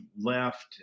left